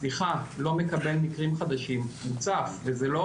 סליחה: 'לא מקבל מקרים חדשים' וזה לא